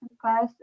class